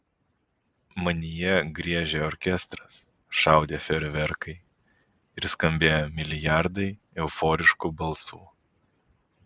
manyje griežė orkestras šaudė fejerverkai ir skambėjo milijardai euforiškų balsų